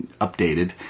updated